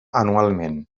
anualment